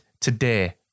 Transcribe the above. today